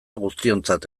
guztiontzat